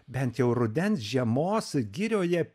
bent jau rudens žiemos girioje